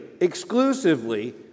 exclusively